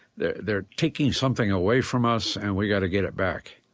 they're they're taking something away from us and we got to get it back